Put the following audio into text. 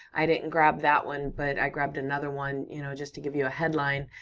i didn't grab that one, but i grabbed another one you know just to give you a headline,